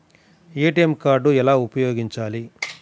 ATM card ఎలా ఉపయోగించాలి?